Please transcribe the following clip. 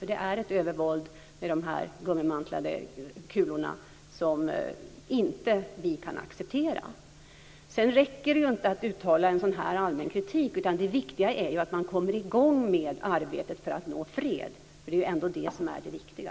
Det är nämligen ett övervåld, med de här gummimantlade kulorna, som vi inte kan acceptera. Sedan räcker det inte att uttala en sådan här allmän kritik, utan det viktiga är att man kommer i gång med arbetet för att nå fred. Det är ändå det som är det viktiga.